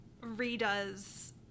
redoes